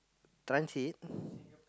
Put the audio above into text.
transit